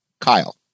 Kyle